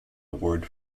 award